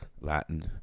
Latin